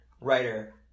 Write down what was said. Writer